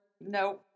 No